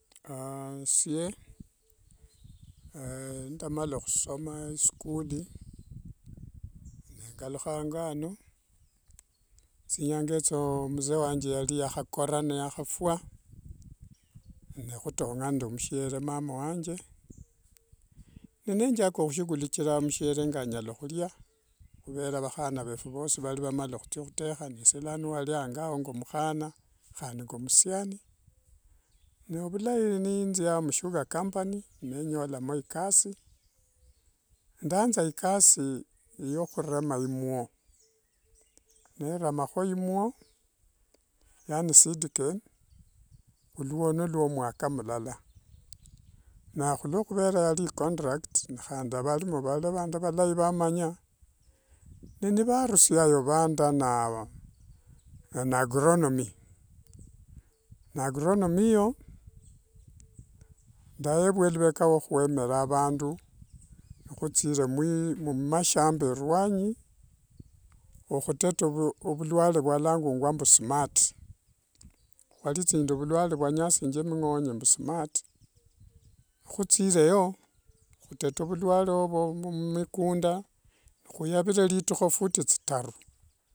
esie ndamala khusona sikuli, nengalukha ango ano thinyanga etho, mzee wange yalinuyakhskora, niyakhafua nikhutonga nende mushiere, mama wanje, nethaka khushugulikira mushiere ngalia khuvera vakkhana vefu vosi valivathia khutekha, nesie waliango ao ngemukhana handi ngomusiano. Novulai nethia musugar company nenyolamo ekasi. Ndaanza ikasi yokhurema imwo, neremakho imwo, yani cidicane huluono lwo mwaka mlala, nakhuluokhuvera yali icontract, ne handi valimo valiva vandu valai vamanya ne vandusiayo nivandaa avundu va agronomy, na agronomy yo ndayevwa vhuleka nakhwemera avandu nikhuthire mumashamba ruanyi, okhuteta ovulware vhwalangamgwa smart. Hualithingiwo nende vhulwale vhwanyasingia mingonye mbu smart. Huthireyo khuteta vulwale ovo mulikunda, nekhuyava litikho futi thitaru.